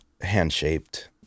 hand-shaped